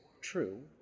true